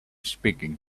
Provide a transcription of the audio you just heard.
speaking